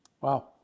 Wow